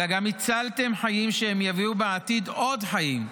אלא גם הצלתם חיים, שיביאו בעתיד עוד חיים,